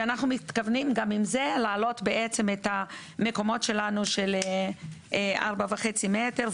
ואנחנו מתכוונים גם עם זה להעלות את המקומות שלנו של 4.5 מטר,